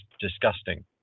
disgusting